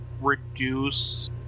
reduce